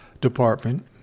Department